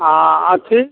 हँ आ अथी